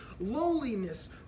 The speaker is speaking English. lowliness